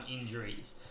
injuries